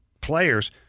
players